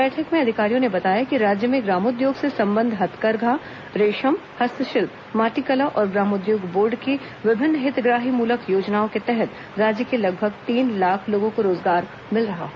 बैठक में अधिकारियों ने बताया कि राज्य में ग्रामोद्योग से सम्बद्व हथकरघा रेशम हस्तशिल्प माटीकला और ग्रामोद्योग बोर्ड की विभिन्न हितग्राही मूलक योजनाओं के तहत राज्य के लगभग तीन लाख लोगों को रोजगार मिल रहा है